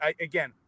again